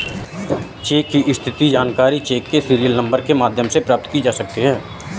check की स्थिति की जानकारी चेक के सीरियल नंबर के माध्यम से प्राप्त की जा सकती है